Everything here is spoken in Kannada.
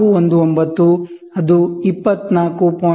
2419 ಅದು 24